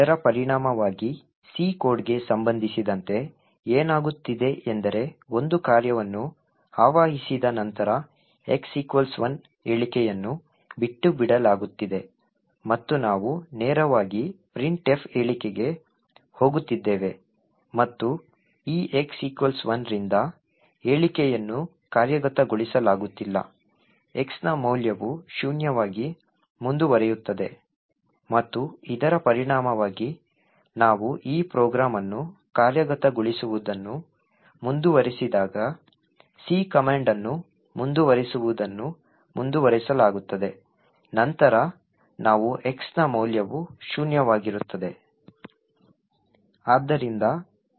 ಇದರ ಪರಿಣಾಮವಾಗಿ C ಕೋಡ್ಗೆ ಸಂಬಂಧಿಸಿದಂತೆ ಏನಾಗುತ್ತಿದೆ ಎಂದರೆ ಒಂದು ಕಾರ್ಯವನ್ನು ಆವಾಹಿಸಿದ ನಂತರ x 1 ಹೇಳಿಕೆಯನ್ನು ಬಿಟ್ಟುಬಿಡಲಾಗುತ್ತಿದೆ ಮತ್ತು ನಾವು ನೇರವಾಗಿ printf ಹೇಳಿಕೆಗೆ ಹೋಗುತ್ತಿದ್ದೇವೆ ಮತ್ತು ಈ x 1 ರಿಂದ ಹೇಳಿಕೆಯನ್ನು ಕಾರ್ಯಗತಗೊಳಿಸಲಾಗುತ್ತಿಲ್ಲ x ನ ಮೌಲ್ಯವು ಶೂನ್ಯವಾಗಿ ಮುಂದುವರಿಯುತ್ತದೆ ಮತ್ತು ಇದರ ಪರಿಣಾಮವಾಗಿ ನಾವು ಈ ಪ್ರೋಗ್ರಾಂ ಅನ್ನು ಕಾರ್ಯಗತಗೊಳಿಸುವುದನ್ನು ಮುಂದುವರಿಸಿದಾಗ C ಕಮಾಂಡ್ ಅನ್ನು ಮುಂದುವರಿಸುವುದನ್ನು ಮುಂದುವರಿಸಲಾಗುತ್ತದೆ ನಂತರ ನಾವು x ನ ಮೌಲ್ಯವು ಶೂನ್ಯವಾಗಿರುತ್ತದೆ